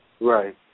Right